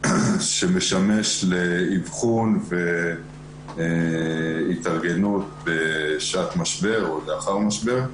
שמשמש לאבחון והתארגנות בשעת משבר או לאחר משבר.